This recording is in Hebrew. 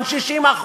הן 60%,